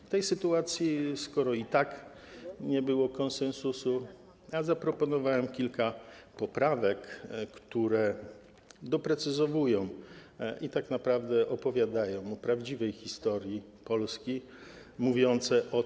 W tej sytuacji, skoro i tak nie było konsensusu, zaproponowałem kilka poprawek, które to doprecyzowują i tak naprawdę opowiadają o prawdziwej historii Polski, mówiąc o tym, co.